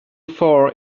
far